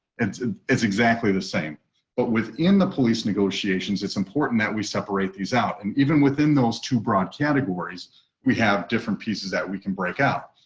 and it's exactly the same but within the police negotiations, it's important that we separate these out and even within those two broad categories we have different pieces that we can break out.